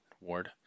ward